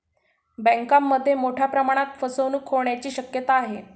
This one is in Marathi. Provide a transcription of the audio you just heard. बँकांमध्ये मोठ्या प्रमाणात फसवणूक होण्याची शक्यता आहे